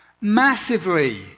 Massively